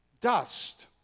dust